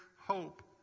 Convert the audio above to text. hope